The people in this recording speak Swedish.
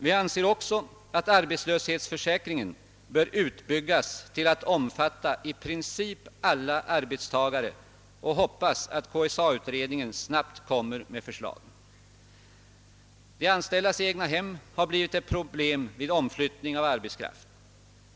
Vi anser också att arbetslöshetsförsäkringen bör utbyggas till att omfatta i princip alla arbetstagare och hoppas att KSA-utredningen snabbt kommer med förslag. De anställdas egnahem har blivit ett problem vid omflyttning av arbetskraft.